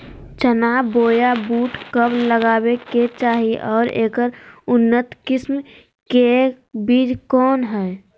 चना बोया बुट कब लगावे के चाही और ऐकर उन्नत किस्म के बिज कौन है?